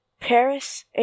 Paris